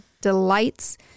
delights